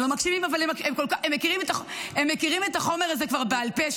הם לא מקשיבים אבל הם מכירים את החומר הזה כבר בעל פה,